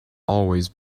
always